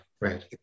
right